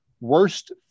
worst